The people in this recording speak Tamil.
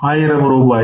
ஆயிரம் ரூபாய்